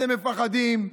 אתם מפחדים.